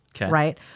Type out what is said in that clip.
right